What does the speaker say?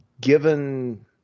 given